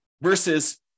versus